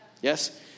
Yes